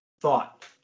thought